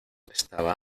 estaba